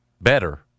better